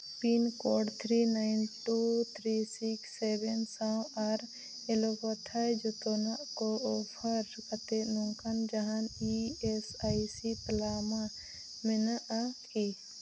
pin code three nine two three six seven ᱥᱟᱶ ᱟᱨ ᱮᱞᱳ ᱯᱟᱴᱷᱟᱭ ᱡᱚᱛᱚᱱᱟᱜ ᱠᱚ ᱚᱯᱷᱟᱨ ᱠᱟᱛᱮ ᱱᱚᱝᱠᱟᱱ ᱡᱟᱦᱟᱱ ᱤ ᱮᱥ ᱟᱭ ᱥᱤ ᱛᱟᱞᱢᱟ ᱢᱮᱱᱟᱜᱼᱟ ᱠᱤ